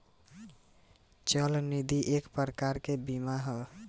चल निधि एक प्रकार के बीमा ह